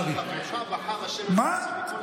בחר ה' מכל העמים.